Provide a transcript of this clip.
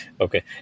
okay